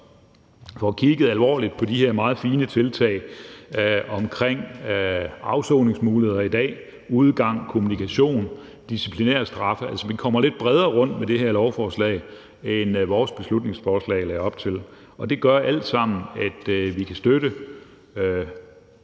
får kigget alvorligt på de her meget fine tiltag om afsoningsmuligheder i dag: udgang, kommunikation, disciplinærstraffe. Altså, vi kommer lidt bredere rundt med det her lovforslag, end vores beslutningsforslag lagde op til, og det gør alt sammen, at vi kan støtte